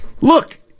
look